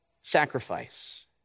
sacrifice